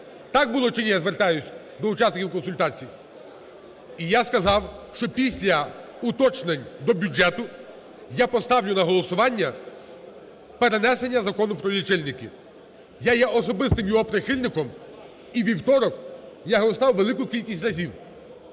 Так було чи ні? Я звертаюсь до учасників консультацій. І я сказав, що після уточнень до бюджету я поставлю на голосування перенесення закону про лічильники. Я є особистим його прихильником. І у вівторок я його ставив велику кількість разів.